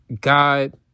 god